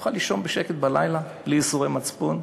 שתוכל לישון בשקט בלילה, בלי ייסורי מצפון,